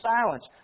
silence